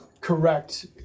correct